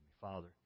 Father